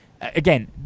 again